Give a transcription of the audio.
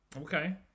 okay